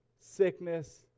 sickness